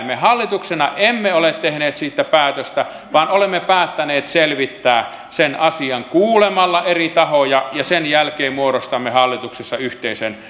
me hallituksena emme ole tehneet siitä päätöstä vaan olemme päättäneet selvittää sen asian kuulemalla eri tahoja ja sen jälkeen muodostamme hallituksessa yhteisen